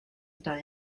that